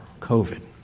COVID